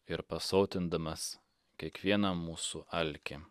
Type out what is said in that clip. ir pasotindamas kiekvieną mūsų alkį